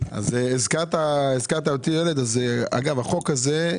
החוק הזה,